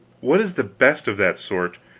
what is the best of that sort,